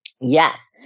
yes